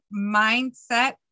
mindset